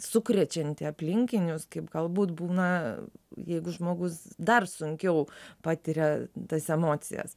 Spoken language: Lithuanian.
sukrečianti aplinkinius kaip galbūt būna jeigu žmogus dar sunkiau patiria tas emocijas